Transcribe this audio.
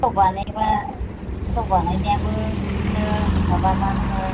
सिथाव बानायबा सिथाव बानायनायाबो बिदिनो माबा मा होनो